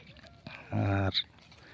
ᱟᱨ